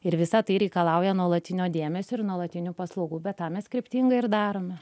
ir visa tai reikalauja nuolatinio dėmesio ir nuolatinių paslaugų be to mes kryptingai ir darome